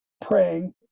praying